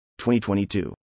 2022